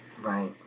Right